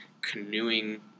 canoeing